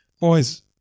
boys